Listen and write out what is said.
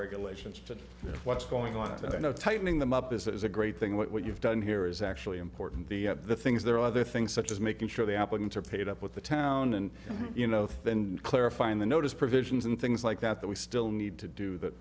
regulations to what's going on that i know tightening them up is a great thing what you've done here is actually important being at the things there are other things such as making sure the applicants are paid up with the town and you know then clarifying the notice provisions and things like that that we still need to do that